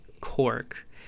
cork